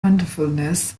wonderfulness